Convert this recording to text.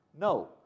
No